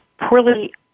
poorly